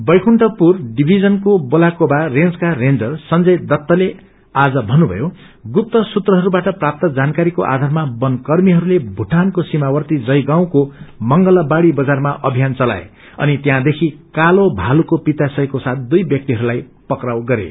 वैकुण्ठपुर डिभीजनको बेलाकोवा रेन्जका रेन्जर संजय दत्तले आज भन्नुभयो गुप्त सुत्रहरूबाट प्राप्त जानकारीकोआधारमा वन कर्मीहरूले भूटानको सीमावर्ती जयागाउँको मंगलाबाड़ी बजारमा अभियान चलाए अनि त्यहाँदेख कालो भालूको पित्ताशयका साथ दुई व्याक्तिहरूलाई पक्राउ गरे